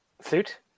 Suit